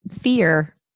Fear